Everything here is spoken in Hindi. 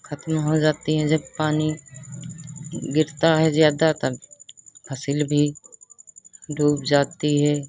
ख़त्म हो जाती है जब पानी गिरता है ज़्यादा तब फसल भी डूब जाती है